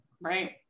Right